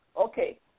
Okay